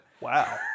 wow